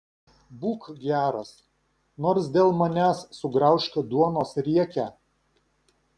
būk geras nors dėl manęs sugraužk duonos riekę